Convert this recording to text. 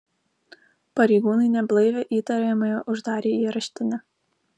pareigūnai neblaivią įtariamąją uždarė į areštinę